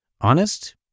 Honest